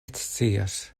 scias